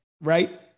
right